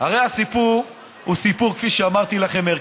הרי הסיפור הוא סיפור ערכי, כפי שאמרתי לכם.